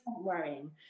worrying